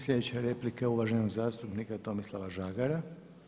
Slijedeća replika je uvaženog zastupnika Tomislava Žagara.